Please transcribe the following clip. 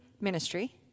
ministry